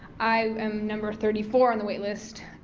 i am number thirty four on the waitlist.